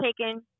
taken